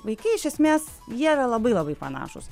vaikai iš esmės jie yra labai labai panašūs